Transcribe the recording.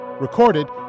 Recorded